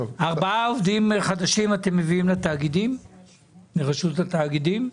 ארבעה עובדים חדשים אתם מביאים לרשות התאגידים?